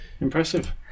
Impressive